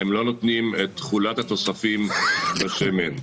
לא נותנים את תחולת התוספים לשמן.